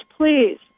please